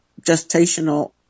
gestational